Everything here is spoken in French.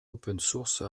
opensource